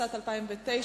התשס"ט 2009,